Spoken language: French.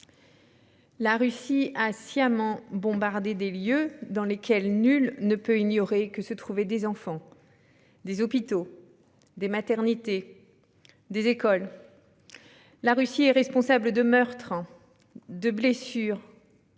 La Russie a sciemment bombardé des lieux dans lesquels nul ne peut ignorer que se trouvaient des enfants : des hôpitaux, des maternités, des écoles. Elle est responsable de meurtres, de blessures,